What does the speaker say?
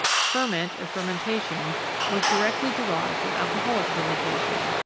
ferment or fermentation was directly derived from alcoholic fermentation.